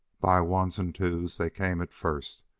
by ones and twos they came at first,